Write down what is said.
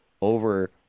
over